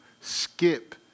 skip